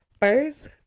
first